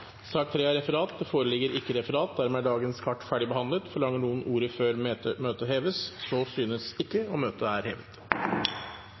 Det foreligger ikke noe referat. Dermed er sakene på dagens kart ferdigbehandlet. Forlanger noen ordet før møtet heves? – Så synes